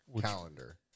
calendar